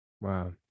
Wow